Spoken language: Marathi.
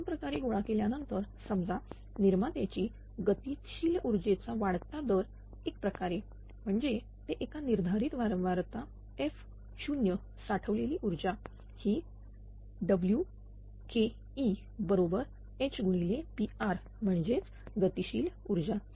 दोन प्रकारे गोळा केल्यानंतर समजा निर्मात्याची गतिशील ऊर्जेचा वाढता दर एका प्रकारे म्हणजे ते एका निर्धारित वारंवारता f0 साठवलेली ऊर्जाही Wke0 बरोबर HPr म्हणजे गतिशील ऊर्जा